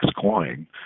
coin